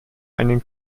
einen